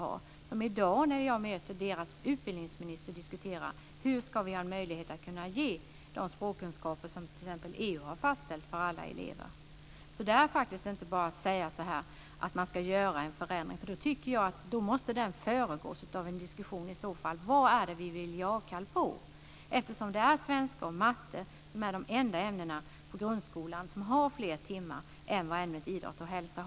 I dag när jag möter andra utbildningsministrar diskuterar de hur de ska ha möjlighet att ge de språkkunskaper som t.ex. EU har fastställt för alla elever. Det är inte bara att säga att man ska göra en förändring. Den måste föregås av en diskussion om vad vi vill ge avkall på. Svenska och matte är de enda ämnen i grundskolan som har fler timmar än ämnet idrott och hälsa.